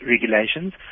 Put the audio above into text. regulations